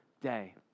day